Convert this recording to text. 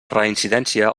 reincidència